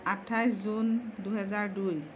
আঠাইছ জুন দুহেজাৰ দুই